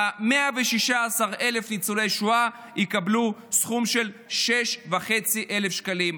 116,000 ניצולי השואה יקבלו סכום של 6,500 שקלים.